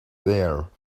there